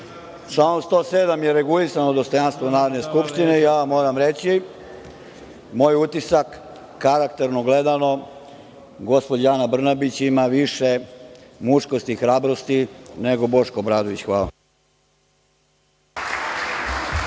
107. je regulisano dostojanstvo Narodne skupštine i ja vam moram reći moj utisak. Karakterno gledano, gospođa Ana Brnabić ima više muškosti i hrabrosti nego Boško Obradović. Hvala.